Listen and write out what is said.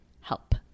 help